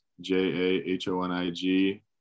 j-a-h-o-n-i-g